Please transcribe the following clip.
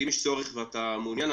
אם יש צורך ואתה מעוניין,